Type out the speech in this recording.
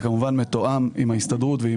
זה כמובן מתואם עם ההסתדרות ועם ועד העובדים.